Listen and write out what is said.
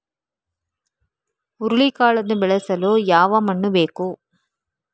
ಹುರುಳಿಕಾಳನ್ನು ಬೆಳೆಸಲು ಯಾವ ಮಣ್ಣು ಬೇಕು?